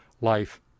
life